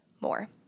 more